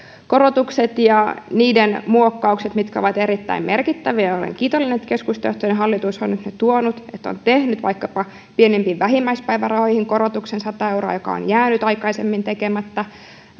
korotukset ja niiden muokkaukset mitkä ovat erittäin merkittäviä ja olen kiitollinen että keskustajohtoinen hallitus on nyt ne tuonut ja on tehnyt vaikkapa pienimpiin vähimmäispäivärahoihin korotuksen sata euroa joka on jäänyt aikaisemmin tekemättä